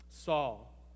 Saul